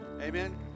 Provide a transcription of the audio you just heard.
Amen